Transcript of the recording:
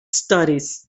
studies